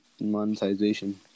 monetization